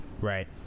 Right